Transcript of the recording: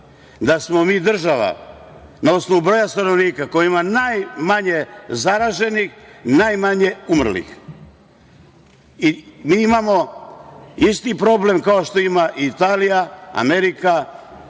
da smo mi država na osnovu broja stanovnika koja ima najmanje zaraženih, najmanje umrlih i mi imamo isti problem kao što ima Italija, Amerika,